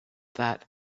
that